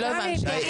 לא הבנתי.